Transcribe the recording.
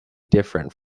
different